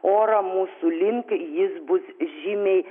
orą mūsų link jis bus žymiai